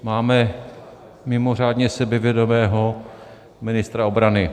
Máme mimořádně sebevědomého ministra obrany.